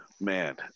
man